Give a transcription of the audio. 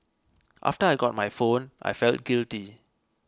after I got my phone I felt guilty